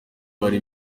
bari